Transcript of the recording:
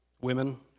women